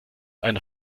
einer